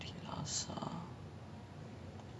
basically right like after my